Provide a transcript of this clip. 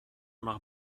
nach